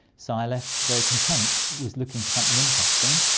so i left very content, was looking for something interesting,